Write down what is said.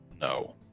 No